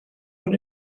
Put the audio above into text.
what